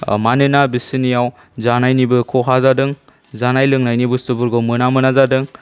मानोना बिसोरनियाव जानायनिबो खहा जादों जानाय लोंनायनिबो बुस्तुफोरखौ मोना मोना जादों